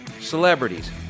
celebrities